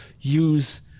use